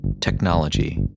technology